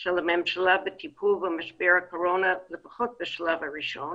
של הממשלה בטיפול במשבר הקורונה לפחות בשלב הראשון,